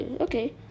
okay